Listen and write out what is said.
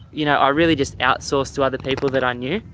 you know, are really just outsourced to other people that i knew,